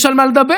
יש על מה לדבר.